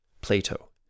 Plato